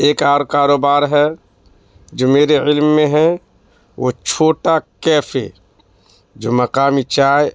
ایک اور کاروبار ہے جو میرے علم میں ہے وہ چھوٹا کیفے جو مقامی چائے